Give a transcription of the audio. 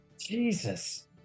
Jesus